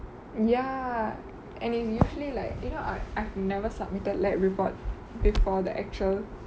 ya and it's usually like you know I've I've never submitted lab report before the actual